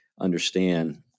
understand